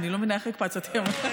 אני לא מבינה איך הקפצת אותי ל-41.